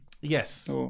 Yes